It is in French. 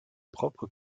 propres